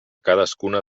cadascuna